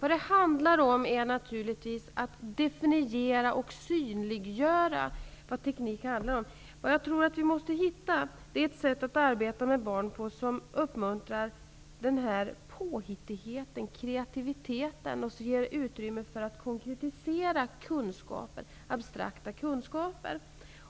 Det handlar naturligtvis om att definiera och synliggöra vad teknik är. Jag tror att vi måste hitta ett sätt att arbeta med barn, som uppmuntrar påhittighet och kreativitet och som ger utrymme för att konkretisera abstrakt kunskap.